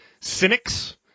cynics